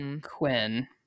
Quinn